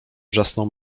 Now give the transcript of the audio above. wrzasnął